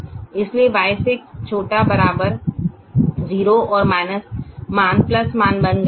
इसलिए Y6 ≤ 0 और मान मान बन गए हैं